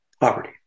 poverty